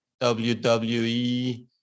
WWE